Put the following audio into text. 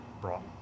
brought